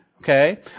okay